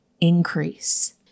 increase